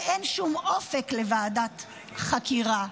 ואין שום אופק לוועדת חקירה.